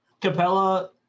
Capella